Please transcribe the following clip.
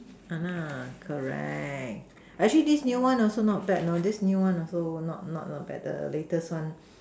!hanna! correct actually this new one also not bad know this new one also not not bad the latest one